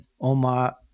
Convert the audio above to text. Omar